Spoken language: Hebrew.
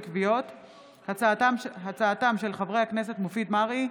לקויי למידה ודיסלקציה לאור נזקי הלמידה מרחוק.